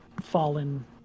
fallen